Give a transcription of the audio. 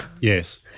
Yes